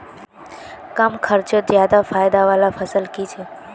कम खर्चोत ज्यादा फायदा वाला फसल की छे?